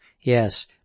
Yes